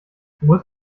muss